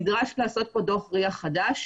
נדרש לעשות פה דוח RIA חדש